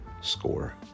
score